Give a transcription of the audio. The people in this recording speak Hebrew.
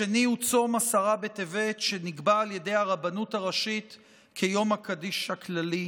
השני הוא צום עשרה בטבת שנקבע על ידי הרבנות הראשית כיום הקדיש הכללי,